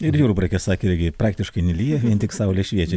ir jurbarke sakė irgi praktiškai nelyja vien tik saulė šviečia